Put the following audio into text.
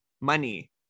money